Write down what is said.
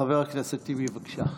חבר הכנסת טיבי, בבקשה.